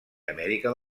amèrica